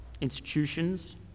institutions